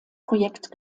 projekt